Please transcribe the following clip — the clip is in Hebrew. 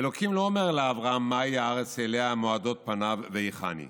ה' לא אומר לאברהם מהי הארץ שאליה מועדות פניו והיכן היא,